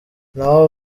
naho